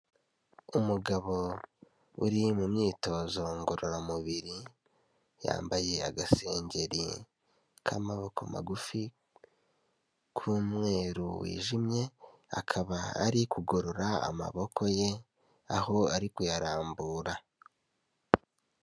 Umugabo uri mu myitozo ngororamubiri, yambaye agasengeri k'amaboko magufi k'umweru wijimye akaba ari kugorora amaboko ye, aho ari kuyarambura.